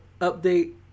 update